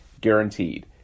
Guaranteed